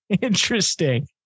interesting